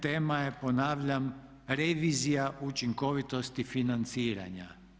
Tema je ponavljam revizija učinkovitosti financiranja.